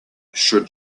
should